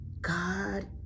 God